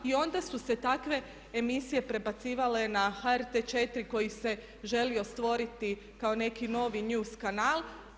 I onda su se takve emisije prebacivale na HRT4 koji se želio stvoriti kao neki novi news kanal.